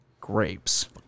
Grapes